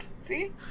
See